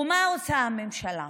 ומה עושה הממשלה?